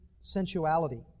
sensuality